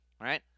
right